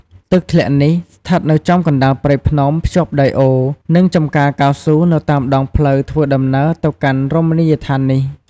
ទឹកធ្លាក់នេះស្ថិតនៅចំកណ្តាលព្រៃភ្នំភ្ជាប់ដោយអូរ និងចំការកៅស៊ូនៅតាមដងផ្លូវធ្វើដំណើរទៅកាន់រមណីយដ្ឋាននេះ។